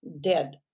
Dead